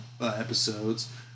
episodes